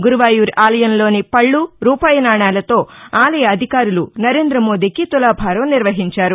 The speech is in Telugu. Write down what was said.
గురువాయూర్ ఆలయంలోని పళ్లు రూపాయి నాణాలతో ఆలయ అధికారులు నరేంద్ర మోదీకి తులాభారం నిర్వహించారు